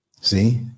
see